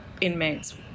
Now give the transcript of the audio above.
inmates